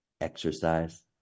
exercise